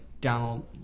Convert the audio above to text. Donald